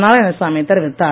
நாராயணசாமி தெரிவித்தார்